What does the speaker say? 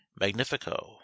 magnifico